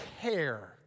care